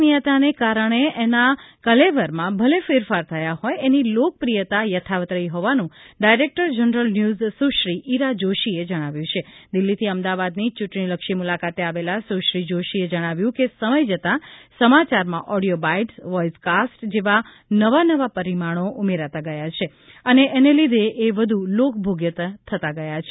news મુલાકાત આકાશવાણી સમાચારની વિશ્વસનીયતાને કારણે એના કલેવરમાં ભલે ફેરફાર થયા હોય એની લોકપ્રિયતા યથાવત રહી હોવાનું director general news Sushri Ira જોષીએ જણાવ્યું છે દિલ્હીથી અમદાવાદની ચૂંટણીલક્ષી મુલાકાતે આવેલા સુશ્રી જોષીએ જણાવ્યું કે સમય જતાં સમાચારમાં ઓડિયો બાઇટ્સ વોઇસ કાસ્ટ જેવા નવા નવા પરિમાણો ઉમેરાતાં ગયા છે અને એને લીધે એ વધુ લોકભોગ્ય થતા ગયા છે